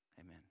amen